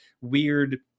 weird